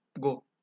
Go